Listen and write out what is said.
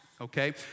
Okay